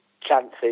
chances